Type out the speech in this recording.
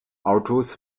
autos